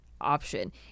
option